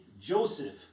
Joseph